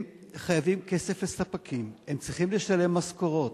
הם חייבים כסף לספקים, הם צריכים לשלם משכורות.